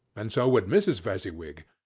and so would mrs. fezziwig.